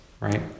right